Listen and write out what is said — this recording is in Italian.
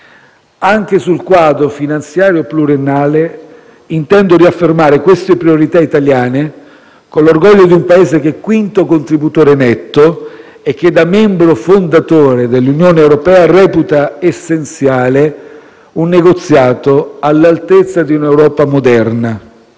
Anche sul quadro finanziario pluriennale intendo riaffermare queste priorità italiane con l'orgoglio di un Paese che è il quinto contributore netto e che, da membro fondatore dell'Unione europea, reputa essenziale un negoziato all'altezza di un'Europa moderna.